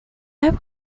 would